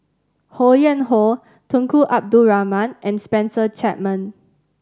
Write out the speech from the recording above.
Ho Yuen Hoe Tunku Abdul Rahman and Spencer Chapman